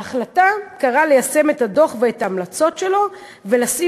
ההחלטה קראה ליישם את הדוח ואת ההמלצות שלו ולשים